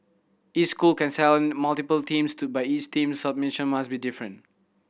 each school can sell multiple teams to but each team's submission must be different